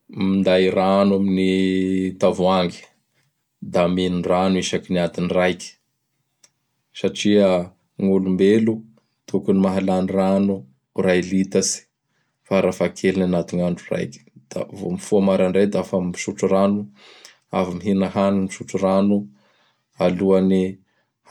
Minday rano amin'ny tavoangy. Da minondrano isaky ny adiny raiky satria gn' olombelo tokony mahalany rano ray litatsy farafahakeliny agnaty gn' andro raiky. Da vô mifoha marandray da fa misotro rano; avy mihina hany misotro rano; alohan'ny